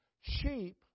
Sheep